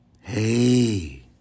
Hey